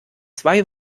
zwei